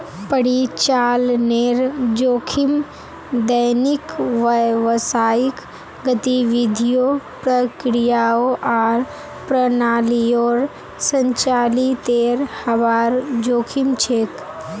परिचालनेर जोखिम दैनिक व्यावसायिक गतिविधियों, प्रक्रियाओं आर प्रणालियोंर संचालीतेर हबार जोखिम छेक